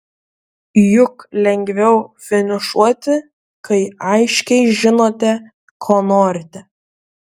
juk lengviau finišuoti kai aiškiai žinote ko norite